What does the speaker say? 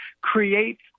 create